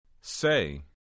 Say